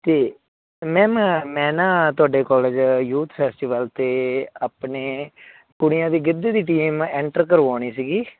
ਅਤੇ ਮੈਮ ਮੈਂ ਨਾ ਤੁਹਾਡੇ ਕੋਲਜ ਯੂਥ ਫੈਸਟੀਵਲ 'ਤੇ ਆਪਣੇ ਕੁੜੀਆਂ ਦੀ ਗਿੱਧੇ ਦੀ ਟੀਮ ਐਂਟਰ ਕਰਵਾਉਣੀ ਸੀਗੀ